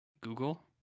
Google